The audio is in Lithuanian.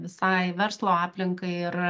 visai verslo aplinkai ir